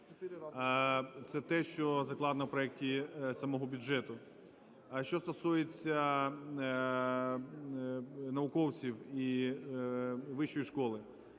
Це те, що закладено в проекті самого бюджету. А що стосується науковців і вищої школи,